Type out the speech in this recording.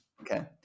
Okay